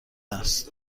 است